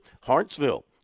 Hartsville